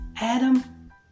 Adam